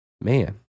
Man